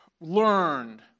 learned